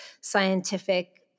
scientific